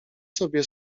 sobie